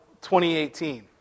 2018